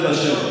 זה כשר.